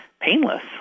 painless